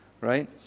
right